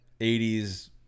80s